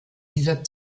dieser